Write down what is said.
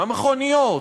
המכוניות,